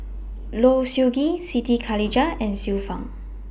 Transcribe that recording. Low Siew Nghee Siti Khalijah and Xiu Fang